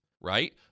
right